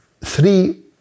three